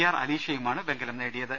R അലീഷയുമാണ് വെങ്കലം നേടിയത്